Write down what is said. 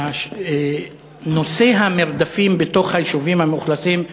נושא המרדפים בתוך היישובים המאוכלסים,